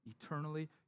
eternally